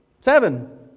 seven